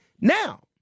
now